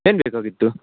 ಏನುಬೇಕಾಗಿತ್ತು